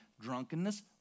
drunkenness